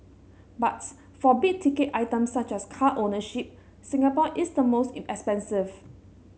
but for big ticket items such as car ownership Singapore is the most in expensive